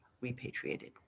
repatriated